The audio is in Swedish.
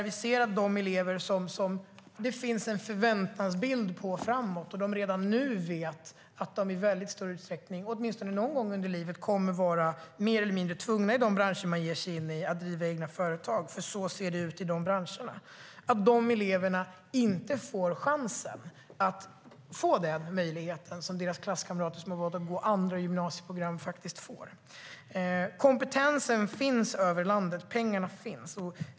Vi ser att de elever som det finns en förväntningsbild på i framtiden - de som redan nu vet att de i stor utsträckning åtminstone någon gång i livet kommer att vara mer eller mindre tvungna att driva egna företag i de branscher de ger sig in i, för så ser de ut i de branscherna - inte får den chansen eller möjligheten som deras kamrater som valt att gå andra gymnasieprogram faktiskt får. Kompetensen finns i landet. Pengarna finns.